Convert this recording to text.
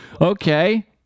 Okay